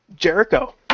Jericho